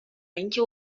اینکه